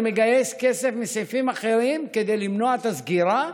אני מגייס כסף מסעיפים אחרים כדי למנוע את הסגירה,